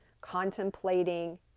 Contemplating